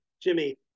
Jimmy